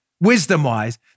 wisdom-wise